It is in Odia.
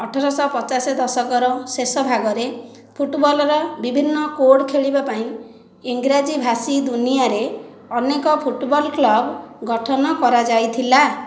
ଅଠରଶହ ପଚାଶେ ଦଶକର ଶେଷ ଭାଗରେ ଫୁଟବଲ୍ର ବିଭିନ୍ନ କୋଡ଼୍ ଖେଳିବା ପାଇଁ ଇଂରାଜୀ ଭାଷୀ ଦୁନିଆରେ ଅନେକ ଫୁଟବଲ୍ କ୍ଲବ୍ ଗଠନ କରାଯାଇଥିଲା